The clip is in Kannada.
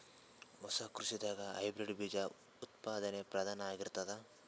ಹೊಸ ಕೃಷಿದಾಗ ಹೈಬ್ರಿಡ್ ಬೀಜ ಉತ್ಪಾದನೆ ಪ್ರಧಾನ ಆಗಿರತದ